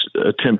attempt